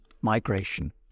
migration